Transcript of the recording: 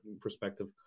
perspective